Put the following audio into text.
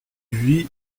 vit